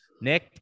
Nick